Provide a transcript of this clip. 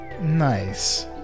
Nice